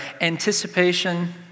anticipation